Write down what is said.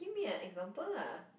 give me an example lah